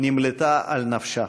נמלטה על נפשה.